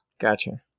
Gotcha